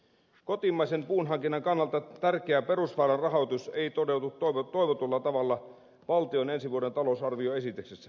kotimaisen puun hankinnan kannalta tärkeä perusvararahoitus ei toteudu toivotulla tavalla valtion ensi vuoden talousarvioesityksessä